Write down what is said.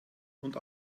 und